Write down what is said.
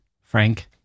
Frank